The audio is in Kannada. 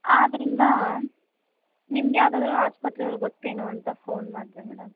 ಆದ್ದರಿಂದ ನಿಮ್ಗೆ ಯಾವ್ದಾದ್ರೂ ಆಸ್ಪತ್ರೆ ಅವ್ರು ಗೊತ್ತೇನೋ ಅಂತ ಫೋನ್ ಮಾಡಿದೆ ಮೇಡಮ್